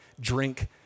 drink